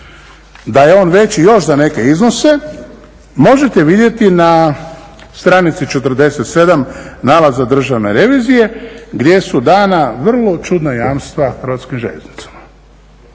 da je on veći još za neke iznose možete vidjeti na stranici 47. nalaza Državne revizije gdje su dana vrlo čudna jamstva Hrvatskim željeznicama.